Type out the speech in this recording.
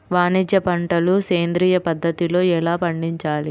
వాణిజ్య పంటలు సేంద్రియ పద్ధతిలో ఎలా పండించాలి?